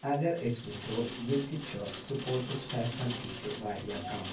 اگر أسۍ وٕچھو ییٚتہِ چھُ سپوٹٕس فیسَلٹی تہِ واریاہ کَم